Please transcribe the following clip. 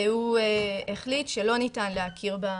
והוא החליט שלא ניתן להכיר בגיור.